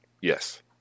Yes